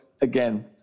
again